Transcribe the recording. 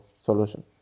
solution